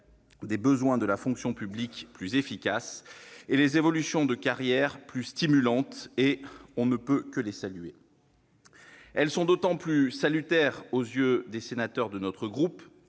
des besoins de la fonction publique plus efficace et les évolutions de carrières plus stimulantes. On ne peut que les saluer. Ces avancées sont d'autant plus salutaires aux yeux des sénateurs de mon groupe